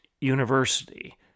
University